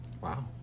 Wow